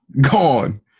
Gone